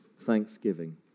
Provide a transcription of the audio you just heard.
thanksgiving